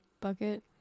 bucket